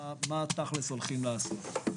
מה הולכים לעשות בתכל'ס.